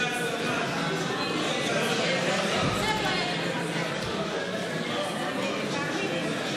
הודעת הממשלה על שינוי בחלוקת התפקידים בין השרים נתקבלה.